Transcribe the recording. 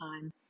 time